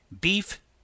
Beef